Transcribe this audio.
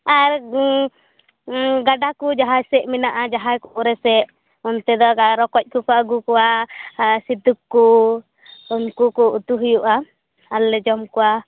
ᱟᱨ ᱜᱟᱰᱟᱠᱩ ᱡᱟᱦᱟᱥᱮᱫ ᱢᱮᱱᱟᱜᱼᱟ ᱡᱟᱦᱟᱸᱭ ᱠᱚᱨᱮ ᱥᱮᱫ ᱚᱱᱛᱮ ᱫᱚ ᱨᱟ ᱨᱚᱠᱚᱡ ᱠᱚᱠᱚ ᱟᱹᱜᱩ ᱠᱚᱭᱟ ᱟᱨ ᱥᱤᱛᱩᱠ ᱠᱚ ᱩᱱᱠᱩ ᱠᱚ ᱩᱛᱩ ᱦᱩᱭᱩᱜᱼᱟ ᱟᱨᱞᱮ ᱡᱚᱢ ᱠᱚᱭᱟ